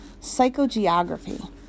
psychogeography